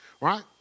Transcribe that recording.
right